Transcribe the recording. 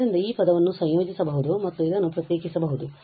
ಆದ್ದರಿಂದ ಈ ಪದವನ್ನು ಸಂಯೋಜಿಸಬಹುದು ಮತ್ತು ಇದನ್ನು ಪ್ರತ್ಯೇಕಿಸಬಹುದು